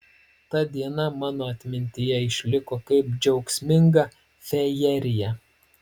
ta diena mano atmintyje išliko kaip džiaugsminga fejerija